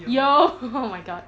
yo [ho] [ho] oh my god